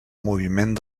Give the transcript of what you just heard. moviment